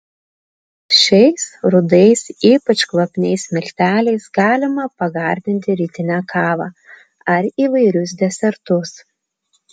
šiais rudais ypač kvapniais milteliais galima pagardinti rytinę kavą ar įvairius desertus